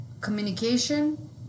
communication